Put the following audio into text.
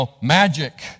magic